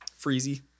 Freezy